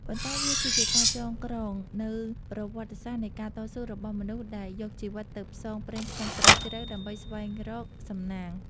ប៉ុន្តែវាគឺជាការចងក្រងនូវប្រវត្តិសាស្ត្រនៃការតស៊ូរបស់មនុស្សដែលយកជីវិតទៅផ្សងព្រេងក្នុងព្រៃជ្រៅដើម្បីស្វែងរកសំណាង។